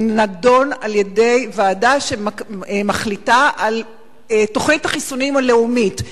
הוא נדון על-ידי ועדה שמחליטה על תוכנית החיסונים הלאומית.